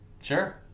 Sure